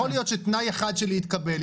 יכול להיות שתנאי אחד שלי יתקבל,